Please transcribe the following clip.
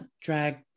drag